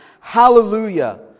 Hallelujah